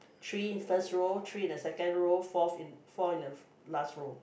three first row three in the second row fourth in four in the last row